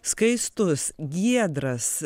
skaistus giedras